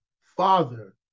father